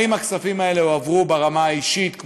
האם הכספים האלה הועברו ברמה האישית,